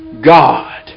God